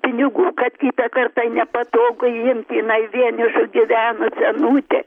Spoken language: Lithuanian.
pinigų kad kitą kartą nepatogu imti jinai vieniša gyvena senutė